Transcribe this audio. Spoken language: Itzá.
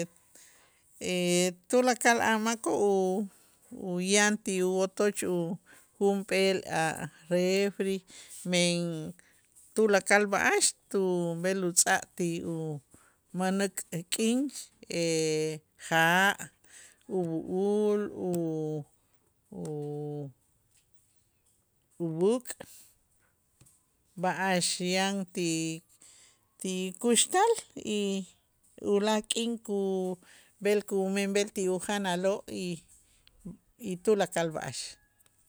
Tulakal a' makoo' u- uyaan ti wotoch u junp'eel a' refri men tulakal b'a'ax tu b'el utz'aj ti umänäk k'in ja', ub'u'ul, u- ub'äk' b'a'ax yan ti- ti kuxtal y ulaak' k'in kub'el kumenb'el ti ujanaloo' y tulakal b'a'ax.